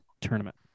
tournament